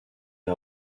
l’a